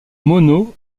mono